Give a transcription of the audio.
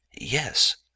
Yes